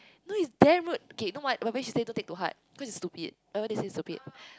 no it's damn rude K you know what whatever she say don't take to heart because it's stupid honestly it's stupid